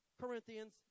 Corinthians